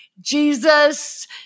Jesus